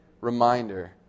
reminder